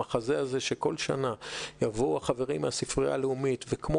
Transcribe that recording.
המחזה הזה שכל שנה יבואו חברים מהספרייה הלאומית הוא כמו